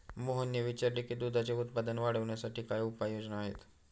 मोहनने विचारले की दुधाचे उत्पादन वाढवण्यासाठी काय उपाय योजना आहेत?